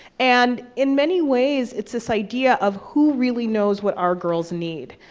and, in many ways, it's this idea of, who really knows what our girls need?